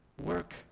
Work